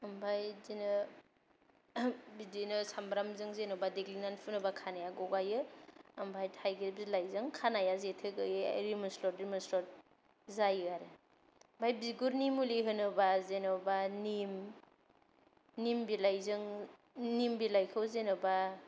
ओमफाय बिदिनो बिदिनो सामब्रामजों जेन'बा देग्लिनानै फुनोबा खानाया ग'गायो ओमफाय थाइगेर बिलाइजों खानाया जेथो गैयै लिमोनस्लद लिमोनस्लद जायो आरो ओमफाय बिगुरनि मुलि होनोबा जेन'बा निम निम बिलाइजों निम बिलाइखौ जेन'बा